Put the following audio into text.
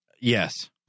Yes